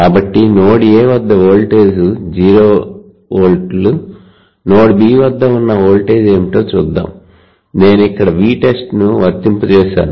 కాబట్టి node A వద్ద voltage 0 వోల్ట్లు నోడ్ B వద్ద ఉన్న వోల్టేజ్ ఏమిటో చూద్దాం నేను ఇక్కడ Vtest ను వర్తింప చేశాను